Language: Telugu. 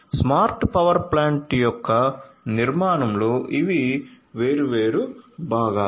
స్మార్ట్ పవర్ ప్లాంట్ యొక్క నిర్మాణంలో ఇవి వేర్వేరు భాగాలు